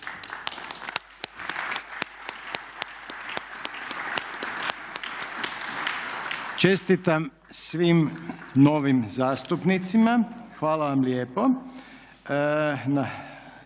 Čestitam svim novim zastupnicima. Hvala vam lijepo.